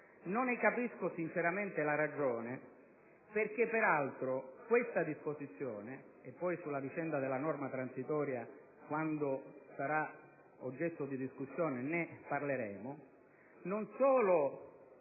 Non ne capisco sinceramente la ragione, perché peraltro questa disposizione - poi della norma transitoria, quando sarà oggetto di discussione, parleremo - distrugge